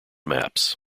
maps